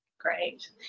Great